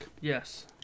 Yes